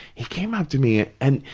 he came up to me and,